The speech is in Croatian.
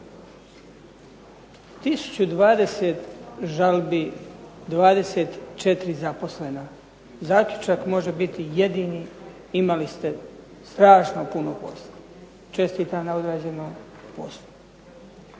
20 žalbi, 24 zaposlena. Zaključak može biti jedini, imali ste strašno puno posla. Čestitam na odrađenom poslu.